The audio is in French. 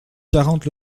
quarante